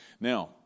Now